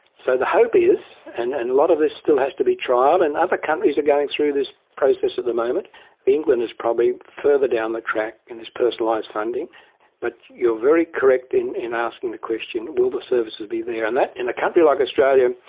so the hope is and and a lot of this still has to be trialled, and other countries are going through this process at the moment england is probably further down the track in this personalised funding but you're very correct in in asking the question will the services be there. and that, in a country like australia,